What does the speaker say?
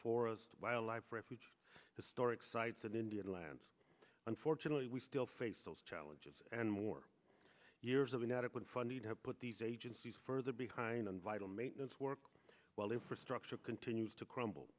for us to wildlife refuges historic sites and indian lands unfortunately we still face those challenges and more years of inadequate funding have put these agencies further behind on vital maintenance work while infrastructure continues to crumble